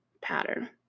pattern